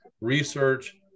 research